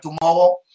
tomorrow